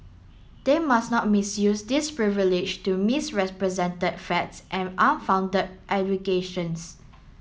they must not misuse this privilege to misrepresented facts and unfounded aggregrations